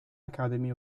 academy